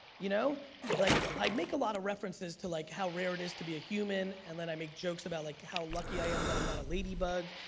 you know like i make a lot of references to like how rare it is to be a human and then i make jokes about like how lucky i am that i'm not a ladybug,